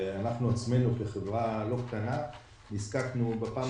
אנחנו עצמנו כחברה לא קטנה נזקקנו בפעם